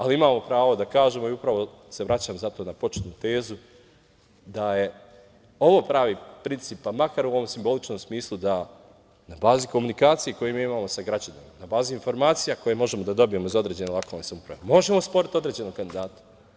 Ali, imamo pravo da kažemo i upravo se vraćam zato na početnu tezu da je ovo pravi princip, pa makar u ovom simboličnom smislu da na bazi komunikacije koju mi imamo sa građanima, na bazi informacija koje možemo da dobijemo iz određene lokalne samouprave, možemo sporiti određenog kandidata.